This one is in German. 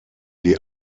die